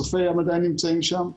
צופי הים עדיין נמצאים שם וזבולון.